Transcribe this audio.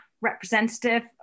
representative